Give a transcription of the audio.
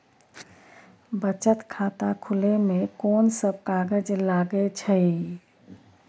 बचत खाता खुले मे कोन सब कागज लागे छै?